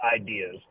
ideas